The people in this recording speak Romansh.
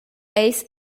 eis